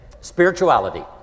Spirituality